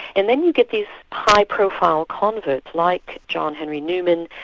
and then you get these high profile converts like john henry newman,